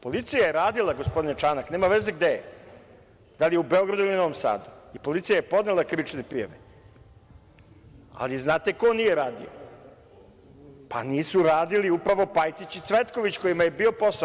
Policija je radila, gospodine Čanak, nema veze gde, da li u Beogradu ili Novom Sadu i policija je podnela krivične prijave, ali da li znate ko nije radio? (Nenad Čanak: Ko?) Pa, nisu radili upravo Pajtić i Cvetković, kojima je bio posao.